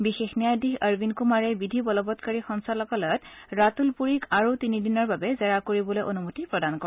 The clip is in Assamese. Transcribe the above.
বিশেষ ন্যায়াধীশ অৰবিন্দ কুমাৰে বিধি বলৱৎকাৰী সঞ্চালকালয়ত ৰাতুল পুৰীক আৰু তিনিদিনৰ বাবে জেৰা কৰিবলৈ অনুমতি প্ৰদান কৰে